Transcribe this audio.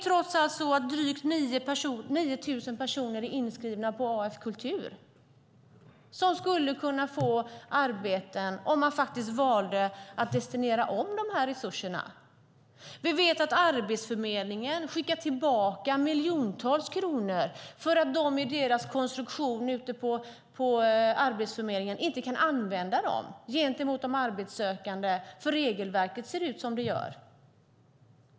Trots allt är det drygt 9 000 personer som är inskrivna på AF Kultur som skulle kunna få arbeten om man valde att destinera om dessa resurser. Vi vet att Arbetsförmedlingen skickar tillbaka miljontals kronor därför att de ute på arbetsförmedlingarna inte kan använda dem gentemot de arbetssökande eftersom regelverket ser ut som det gör.